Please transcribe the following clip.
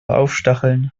aufstacheln